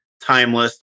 timeless